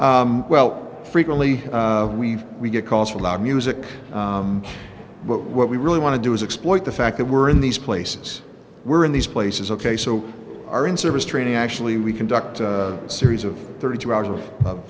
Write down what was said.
some well frequently we we get calls from loud music but what we really want to do is exploit the fact that we're in these places we're in these places ok so our in service training actually we conduct a series of thirty two hours of